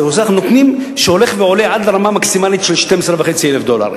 שהולך ועולה עד רמה מקסימלית של 12,500 דולר.